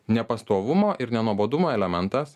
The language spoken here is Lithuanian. nepastovumo ir nenuobodumo elementas